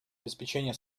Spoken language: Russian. обеспечение